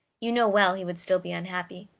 you know well he would still be unhappy.